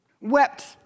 Wept